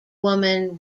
woman